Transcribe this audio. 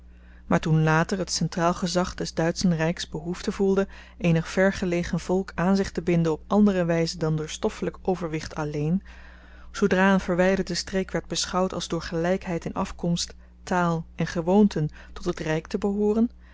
maar toen later het centraal gezag des duitschen ryks behoefte voelde eenig ver gelegen volk aan zich te binden op andere wyze dan door stoffelyk overwicht alleen zoodra een verwyderde streek werd beschouwd als door gelykheid in afkomst taal en gewoonten tot het ryk te behooren